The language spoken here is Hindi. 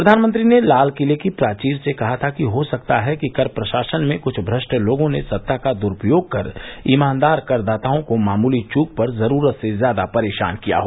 प्रधानमंत्री ने लालकिले की प्राचीर से कहा था कि हो सकता है कर प्रशासन में कुछ भ्रष्ट लोगों ने सत्ता का द्रुपयोग कर ईमानदार करदाताओं को मामूली चूक पर जरूरत से ज्यादा परेशान किया हो